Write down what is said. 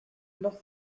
not